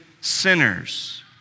sinners